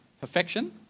perfection